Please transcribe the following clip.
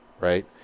right